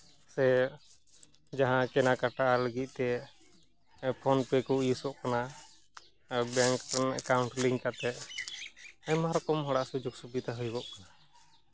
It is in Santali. ᱥᱮ ᱡᱟᱦᱟᱸ ᱠᱮᱱᱟᱠᱟᱴᱟ ᱞᱟᱹᱜᱤᱫ ᱛᱮ ᱯᱷᱳᱱ ᱯᱮ ᱠᱚ ᱤᱭᱩᱥᱚᱜ ᱠᱟᱱᱟ ᱵᱮᱝᱠ ᱨᱮᱱᱟᱜ ᱮᱠᱟᱣᱩᱱᱴ ᱞᱤᱝᱠ ᱠᱟᱛᱮᱫ ᱟᱭᱢᱟ ᱨᱚᱠᱚᱢ ᱦᱚᱲᱟᱜ ᱥᱩᱡᱳᱜᱽ ᱥᱩᱵᱤᱫᱷᱟ ᱦᱩᱭᱩᱜᱚᱜ ᱠᱟᱱᱟ